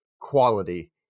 quality